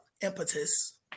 impetus